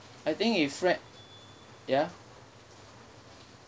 I think if friend ya